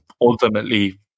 ultimately